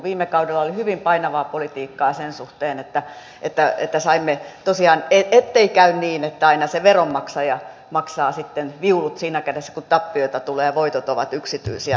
viime kaudella oli hyvin painavaa politiikkaa sen suhteen ettei käy niin että aina se veronmaksaja maksaa sitten viulut viime kädessä kun tappioita tulee ja voitot ovat yksityisiä